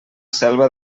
selva